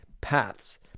paths